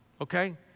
okay